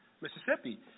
Mississippi